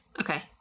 Okay